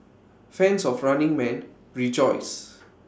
fans of running man rejoice